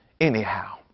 anyhow